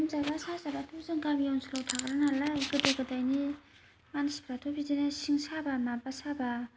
लोमजाबा साजाबाथ' जों गामि ओनसोलाव थाग्रा नालाय गोदो गोदायनि मानसिफ्राथ' बिदिनो सिं साबा माबा साबा